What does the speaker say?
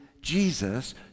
Jesus